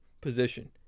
position